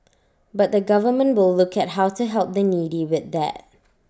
but the government will look at how to help the needy with that